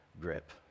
grip